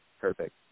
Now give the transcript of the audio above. perfect